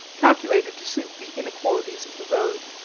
calculated to suit the inequalities of the road.